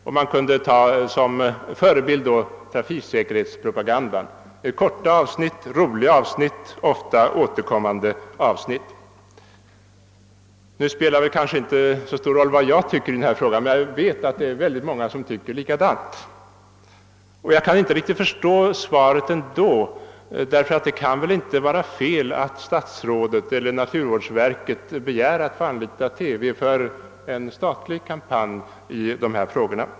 Som före bild kunde man ha trafiksäkerhetspropagandan och visa korta, roliga och ofta återkommande avsnitt. Nu spelar det kanske inte så stor roll vad jag tycker i denna fråga, men jag vet att väldigt många tycker detsamma. Jag måste emellertid säga att jag inte riktigt kan förstå svaret, ty det kan väl inte vara fel att statsrådet eller naturvårdsverket begär att få anlita TV för en statlig kampanj i dessa frågor.